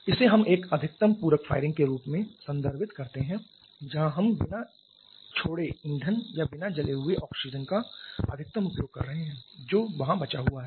इसे हम एक अधिकतम पूरक फायरिंग के रूप में संदर्भित करते हैं जहां हम बिना छोड़े ईंधन या बिना जले हुए ऑक्सीजन का अधिकतम उपयोग कर रहे हैं जो वहां बचा हुआ है